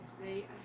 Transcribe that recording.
today